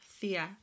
Thea